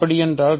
அப்படியென்றால்